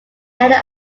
ended